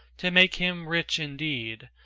to make him rich indeed,